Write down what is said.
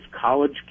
college